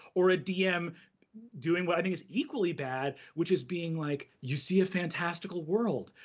or a dm doing what i think is equally bad, which is being like, you see a fantastical world.